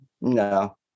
No